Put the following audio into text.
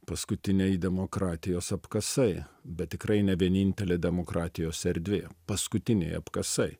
paskutiniai demokratijos apkasai bet tikrai ne vienintelė demokratijos erdvė paskutiniai apkasai